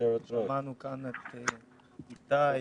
שמענו כאן את איתי,